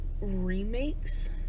remakes